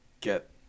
get